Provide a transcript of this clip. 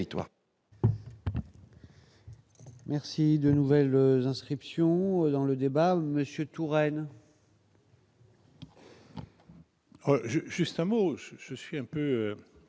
Merci de nouvelles inscriptions dans le débat Monsieur Touraine. Je justement où je suis un peu